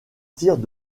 tirent